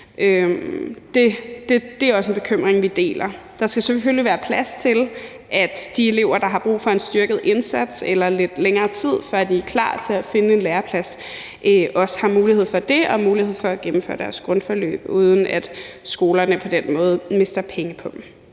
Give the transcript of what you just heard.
Det er også en bekymring, vi deler. Der skal selvfølgelig være plads til, at de elever, der har brug for en styrket indsats eller lidt længere tid, før de er klar til at finde en læreplads, også har mulighed for det og har mulighed for at gennemføre deres grundforløb, uden at skolerne på den måde mister penge på det.